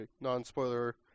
non-spoiler